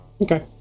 Okay